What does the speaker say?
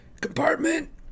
Compartment